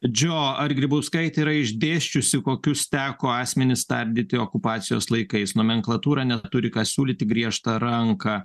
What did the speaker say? džio ar grybauskaitė yra išdėsčiusi kokius teko asmenis tardyti okupacijos laikais nomenklatūra neturi ką siūlyti griežtą ranką